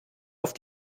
auf